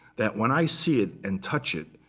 that when i see it and touch it,